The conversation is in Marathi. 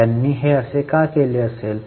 त्यांनी असे का केले असेल